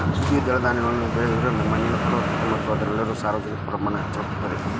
ದ್ವಿದಳ ಧಾನ್ಯಗಳನ್ನ ಬೆಳಿಯೋದ್ರಿಂದ ಮಣ್ಣಿನ ಫಲವತ್ತತೆ ಮತ್ತ ಅದ್ರಲ್ಲಿರೋ ಸಾರಜನಕದ ಪ್ರಮಾಣ ಹೆಚ್ಚಾಗತದ